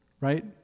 right